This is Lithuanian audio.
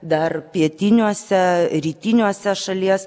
dar pietiniuose rytiniuose šalies